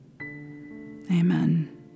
Amen